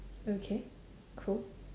okay cool